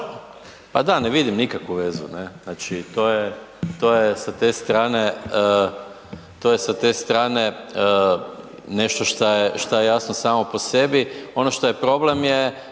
Pa da ne vidim nikakvu vezu, znači to je sa te strane nešto šta je jasno samo po sebi. Ono što je problem je